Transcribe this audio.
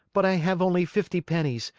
but i have only fifty pennies.